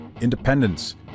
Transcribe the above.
independence